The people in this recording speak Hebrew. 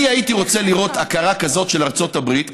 אני הייתי רוצה לראות הכרה כזאת של ארצות הברית,